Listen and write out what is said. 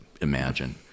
imagine